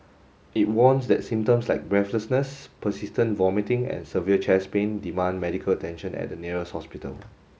it warns that symptoms like breathlessness persistent vomiting and severe chest pain demand medical attention at the nearest hospital